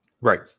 Right